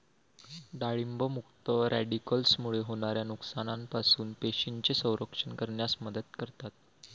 डाळिंब मुक्त रॅडिकल्समुळे होणाऱ्या नुकसानापासून पेशींचे संरक्षण करण्यास मदत करतात